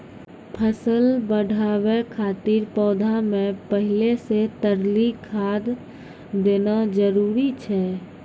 फसल बढ़ाबै खातिर पौधा मे पहिले से तरली खाद देना जरूरी छै?